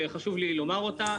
וחשוב לי לומר אותה.